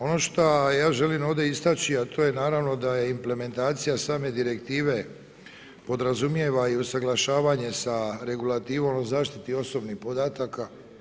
Ono što ja želim ovdje istaći a to je naravno da je implementacija same direktive podrazumijeva i usuglašavanje sa regulativom o zaštiti od osobnih podataka.